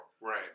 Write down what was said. Right